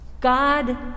God